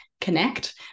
connect